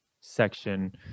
section